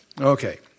Okay